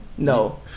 No